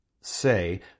say